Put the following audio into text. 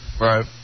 Right